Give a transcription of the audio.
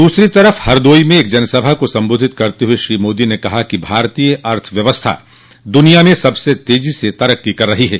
दूसरी तरफ हरदोई में एक जनसभा को संबोधित करते हुए श्री मोदी ने कहा कि भारतीय अर्थव्यवस्था दुनिया में सबसे तेजो से तरक्को कर रही है